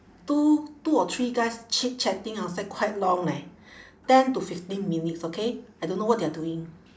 two two or three guys chit-chatting outside quite long eh ten to fifteen minutes okay I don't know what they are doing